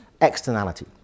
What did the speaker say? externality